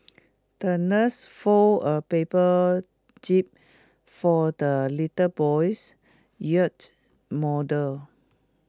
the nurse folded A paper jib for the little boy's yacht model